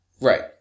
Right